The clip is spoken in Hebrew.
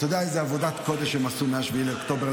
אתה יודע איזו עבודת קודש הם עשו מ-7 באוקטובר?